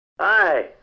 Hi